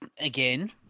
again